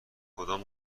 کدام